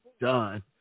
done